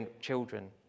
children